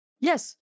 yes